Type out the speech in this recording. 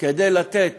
כדי לתת